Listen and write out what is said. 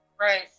right